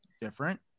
different